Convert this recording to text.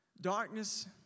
Darkness